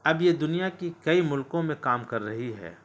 اب یہ دنیا کی کئی ملکوں میں کام کر رہی ہے